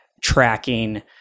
tracking